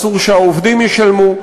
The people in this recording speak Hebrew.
אסור שהעובדים ישלמו,